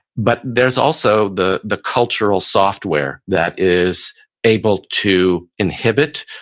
but there's also the the cultural software that is able to inhibit,